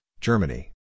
Germany